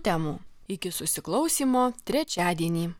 temų iki susiklausymo trečiadienį